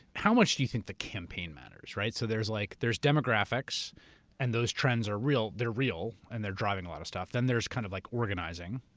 how much do you think the campaign matters? so there's like there's demographics and those trends are real. they're real and they're driving a lot of stuff. then there's kind of like organizing.